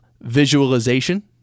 Visualization